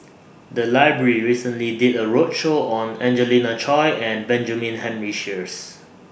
The Library recently did A roadshow on Angelina Choy and Benjamin Henry Sheares